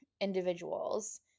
individuals